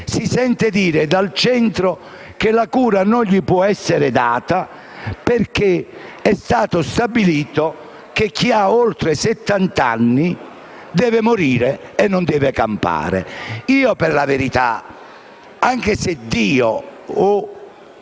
si sente rispondere dal centro che la cura non gli può essere data perché è stato stabilito che chi ha oltre settant'anni deve morire e non deve campare. Io, per la verità, anche se Dio o una